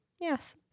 Yes